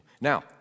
Now